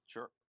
Sure